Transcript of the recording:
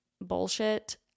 bullshit